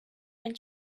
and